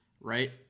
right